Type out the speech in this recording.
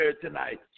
tonight